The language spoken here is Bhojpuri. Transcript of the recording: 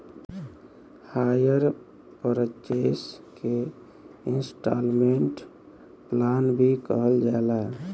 हायर परचेस के इन्सटॉलमेंट प्लान भी कहल जाला